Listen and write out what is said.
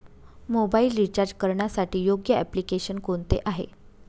Mobile recharge करण्यासाठी योग्य application कोणते आहे?